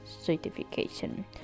certification